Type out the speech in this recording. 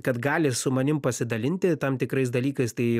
kad gali su manim pasidalinti tam tikrais dalykais tai